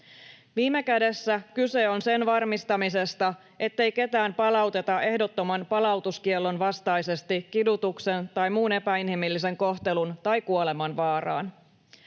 Viime kädessä kyse on sen varmistamisesta, ettei ketään palauteta ehdottoman palautuskiellon vastaisesti kidutuksen tai muun epäinhimillisen kohtelun tai kuoleman vaaraan.